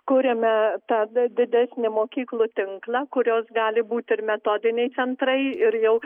kuriame tą d didesnį mokyklų tinklą kurios gali būt ir metodiniai centrai ir jau